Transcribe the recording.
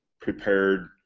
prepared